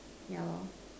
yeah lor